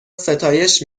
ستایش